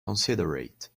considerate